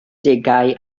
degau